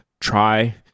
try